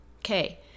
Okay